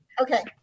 Okay